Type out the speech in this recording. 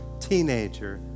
teenager